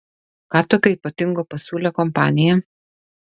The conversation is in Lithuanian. ką tokio ypatingo pasiūlė kompanija